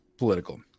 political